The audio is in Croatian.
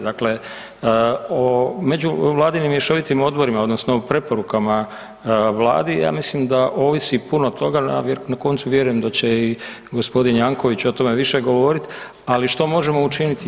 Dakle, međuvladinim mješovitim odborima odnosno preporukama Vladi, ja mislim da ovisi puno toga, na koncu vjerujem da će i g. Jankovics o tome više govoriti ali što možemo učiniti?